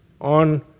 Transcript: on